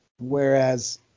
Whereas